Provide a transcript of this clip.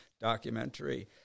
documentary